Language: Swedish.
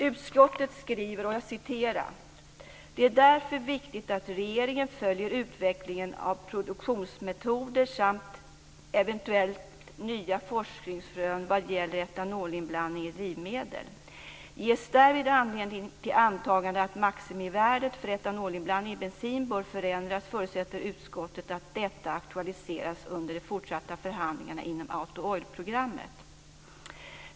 Utskottet skriver: "Det är därför viktigt att regeringen följer utvecklingen av produktionsmetoder samt eventuellt nya forskningsrön vad gäller etanolinblandning i drivmedel. Ges därvid anledning till antagande att maximivärdet för etanolinblandning i bensin bör förändras förutsätter utskottet att detta aktualiseras under de fortsatta förhandlingarna inom Auto/oil-programmet.